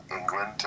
England